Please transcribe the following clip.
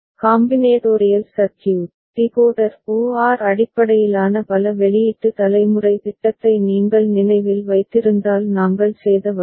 combinatorial circuit decoder OR அடிப்படையிலான பல வெளியீட்டு தலைமுறை திட்டத்தை நீங்கள் நினைவில் வைத்திருந்தால் நாங்கள் செய்த வழி